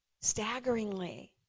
Staggeringly